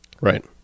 Right